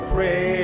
Pray